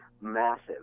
Massive